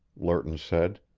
lerton said.